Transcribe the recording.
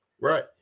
Right